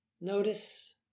Notice